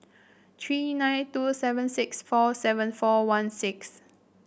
three nine two seven six four seven four one six